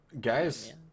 guys